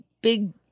big